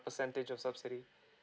percentage of subsidy